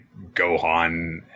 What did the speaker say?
Gohan